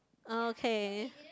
okay